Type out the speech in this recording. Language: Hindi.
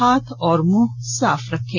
हाथ और मुंह साफ रखें